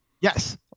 Yes